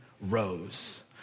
rose